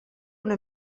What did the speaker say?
una